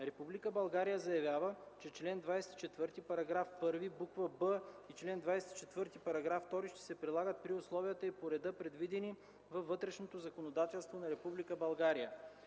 „Република България заявява, че чл. 24, § 1, буква „б” и чл. 24, § 2 ще се прилагат при условията и по реда, предвидени във вътрешното законодателство на Република България.”